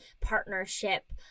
partnership